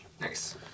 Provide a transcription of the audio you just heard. Nice